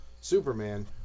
Superman